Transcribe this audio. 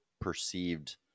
perceived